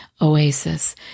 oasis